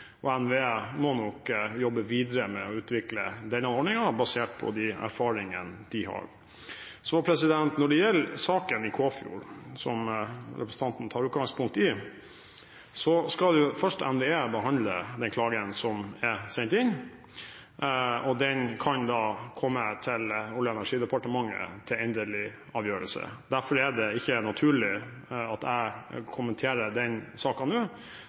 og NVE må nok jobbe videre med å utvikle denne ordningen, basert på de erfaringene de har. Når det gjelder saken i Kåfjord, som representanten tar utgangspunkt i, skal først NVE behandle den klagen som er sendt inn, og den kan da komme til Olje- og energidepartementet til endelig avgjørelse. Derfor er det ikke naturlig at jeg kommenterer den saken nå,